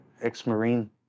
ex-Marine